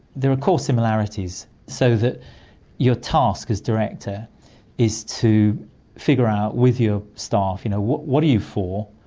there are core similarities, so that your task as director is to figure out with your staff you know what what are you for,